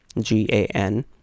G-A-N